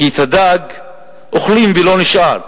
כי את הדג אוכלים ולא נשאר,